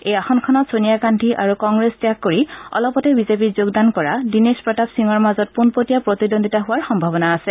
এই আসনখনত ছোনিয়া গাদ্ধী আৰু কংগ্ৰেছ ত্যাগ কৰি অলপতে বিজেপিত যোগদান কৰা দীনেশ প্ৰতাপ সিঙৰ মাজত পোনপটীয়া প্ৰতিদ্বন্দ্বিতা হোৱাৰ সম্ভাৱনা আছে